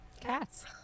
Cats